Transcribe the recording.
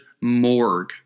morgue